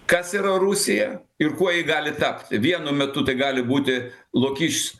kas yra rusija ir kuo ji gali tapti vienu metu tai gali būti lokys